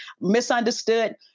misunderstood